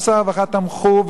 גם שר הרווחה תמכו,